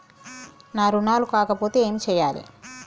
నా రుణాలు కాకపోతే ఏమి చేయాలి?